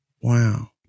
Wow